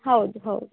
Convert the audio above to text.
ಹೌದು ಹೌದು